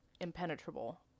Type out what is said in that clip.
impenetrable